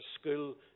school